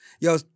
yo